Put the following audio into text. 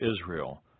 Israel